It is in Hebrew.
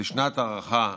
לשנת הארכה נוספת,